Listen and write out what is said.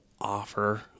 offer